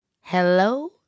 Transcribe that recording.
Hello